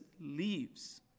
leaves